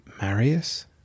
Marius